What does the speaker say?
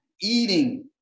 eating